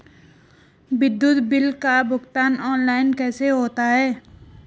विद्युत बिल का भुगतान ऑनलाइन कैसे होता है?